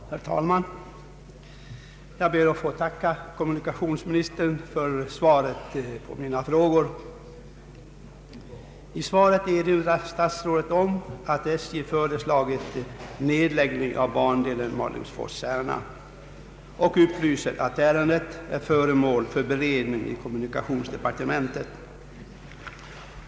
Herr talman! Jag ber att få tacka kommunikationsministern för svaret på mina frågor. I svaret erinrar statsrådet om att SJ föreslagit nedläggning av bandelen Malungsfors—Särna och upplyser att ärendet är föremål för beredning i kommunikationsdepartementet.